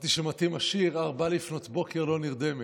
חשבתי שמתאים השיר "ארבע לפנות בוקר לא נרדמת".